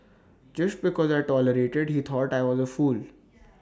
just because I tolerated he thought I was A fool